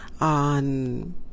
on